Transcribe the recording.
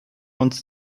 uns